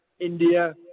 India